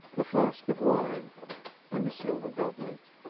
the flask of wine and the silver goblet.